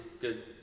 good